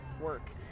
work